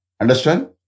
Understand